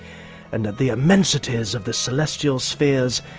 and that the immensities of the celestial spheres,